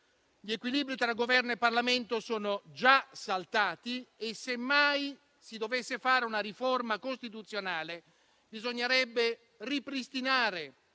Gli equilibri tra Governo e Parlamento sono già saltati e se mai si dovesse fare una riforma costituzionale, bisognerebbe ripristinare